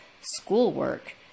schoolwork